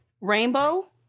Rainbow